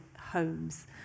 homes